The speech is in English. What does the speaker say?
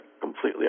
completely